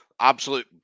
Absolute